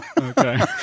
okay